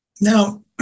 Now